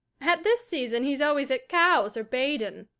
at this season he's always at cowes or baden.